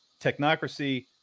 technocracy